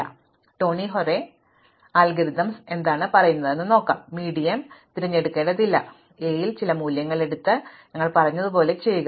അതിനാൽ Tony Hoare algorithms എന്താണ് പറയുന്നത് മീഡിയം തിരഞ്ഞെടുക്കേണ്ടതില്ല എ യിൽ ചില മൂല്യങ്ങൾ എടുത്ത് ഞങ്ങൾ പറഞ്ഞതുപോലെ ചെയ്യുക